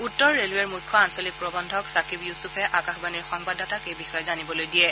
উত্তৰ ৰেলৱেৰ মুখ্য আঞ্চলিক প্ৰৱন্ধক ছাকিব ইউছুফে আকাশবাণীৰ সংবাদদাতাক এই বিষয়ে জানিবলৈ দিয়ে